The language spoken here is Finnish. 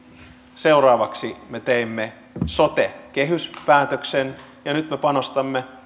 seuraavaksi me teimme sote kehyspäätöksen ja nyt me panostamme